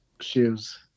shoes